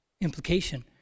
implication